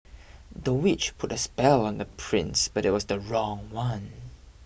the witch put a spell on the prince but it was the wrong one